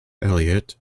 elliot